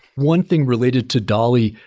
one thing related to dali,